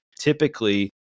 typically